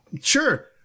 sure